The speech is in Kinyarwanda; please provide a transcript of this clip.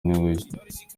ntigushya